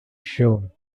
shown